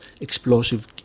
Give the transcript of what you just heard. explosive